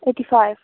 eighty five